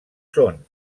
són